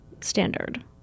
standard